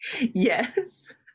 Yes